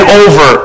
over